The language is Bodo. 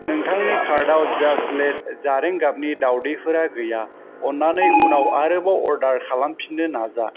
नोंथांनि कार्टआव जास्ट लैद जारें गाबनि दाउदैफोरा गैया अननानै उनाव आरोबाव अर्डार खालामफिननो नाजा